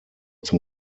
zum